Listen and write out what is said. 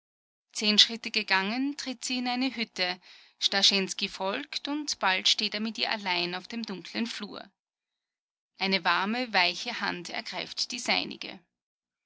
zehn schritte gegangen tritt sie in eine hütte starschensky folgt und bald steht er mit ihr allein auf dem dunkeln flur eine warme weiche hand ergreift die seinige